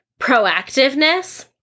proactiveness